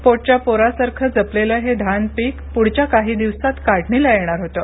पोटच्या पोरासारखं जपलेलं हे धान पीक पूढच्या काही दिवसात काढणीला येणार होतं